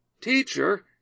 Teacher